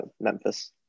memphis